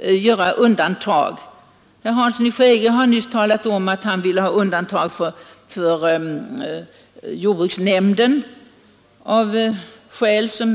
göra undantag. Herr Hansson i Skegrie har nyss talat om att han vill ha undantag för jordbruksnämnden.